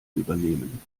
übernehmen